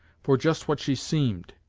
for just what she seemed,